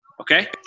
Okay